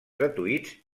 gratuïts